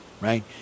right